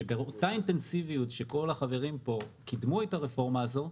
שבאותה אינטנסיביות שכל החברים פה קידמו את הרפורמה הזו,